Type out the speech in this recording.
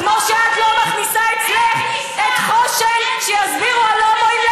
כמו שאת לא מכניסה אצלך את חוש"ן שיסבירו על הומואים,